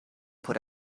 put